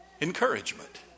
encouragement